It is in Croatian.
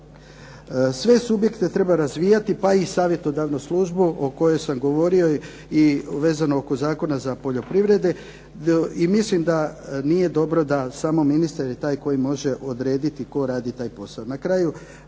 Sve subjekte treba razvijati, pa i savjetodavnu službu o kojoj sam govorio i vezano oko Zakona o poljoprivredi. I mislim da nije dobro da je samo ministar taj koji može odrediti tko radi taj posao. Na kraju,